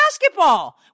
basketball